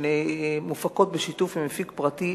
שמופקות בשיתוף עם מפיק פרטי,